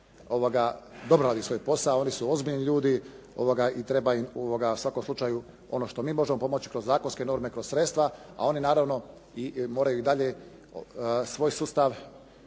dobro radi svoj posao. Oni su ozbiljni ljudi i treba im u svakom slučaju ono što mi možemo pomoći kroz zakonske norme, kroz sredstva, a oni naravno moraju i dalje svoj sustav